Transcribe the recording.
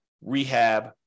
rehab